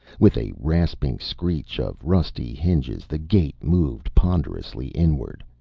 with a rasping screech of rusty hinges the gate moved ponderously inward,